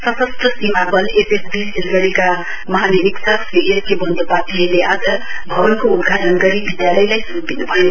सशस्त्र सीमा बल सिलगढ़ीका महानिरीक्षक श्री एस के वन्धोपाध्यायले आज भवनको उद्घाटन गरी विद्यावलयलाई सुम्पिनुभयो